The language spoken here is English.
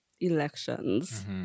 elections